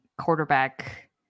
quarterback